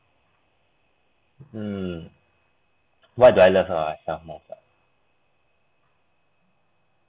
mm what do I love about myself most ah